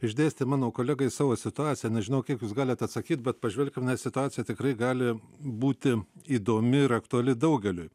išdėstė mano kolegai savo situaciją nežinau kaip jūs galit atsakyt bet pažvelkim nes situacija tikrai gali būti įdomi ir aktuali daugeliui